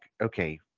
okay